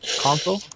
console